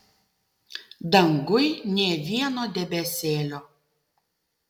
danguj nė vieno debesėlio